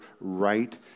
right